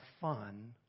fun